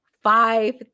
five